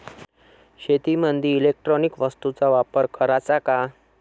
शेतीमंदी इलेक्ट्रॉनिक वस्तूचा वापर कराचा का?